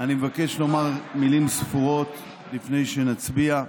אני מבקש לומר מילים ספורות לפני שנצביע.